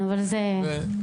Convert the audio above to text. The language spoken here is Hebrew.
אבל זה לא